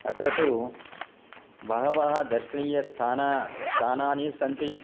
अत्र तु बहवः दर्शनीयानि स्थानानि स्थानानि सन्ति